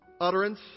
utterance